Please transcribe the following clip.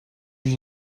you